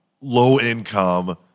low-income